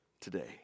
today